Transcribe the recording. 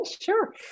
sure